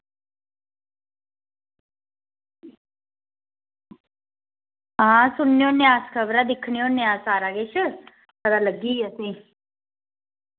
हां सुनने होन्ने अस खबरां दिक्खने होन्ने आं सारा किश पता लग्गी गेआ असेंई